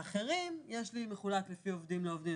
לגבי האחרים זה מחולק לפי עובדים-לא עובדים,